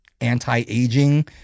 anti-aging